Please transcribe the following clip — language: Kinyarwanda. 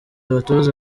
abatoza